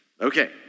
Okay